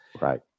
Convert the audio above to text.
right